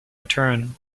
return